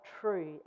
true